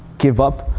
give up?